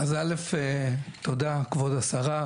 אז א' תודה כבוד השרה,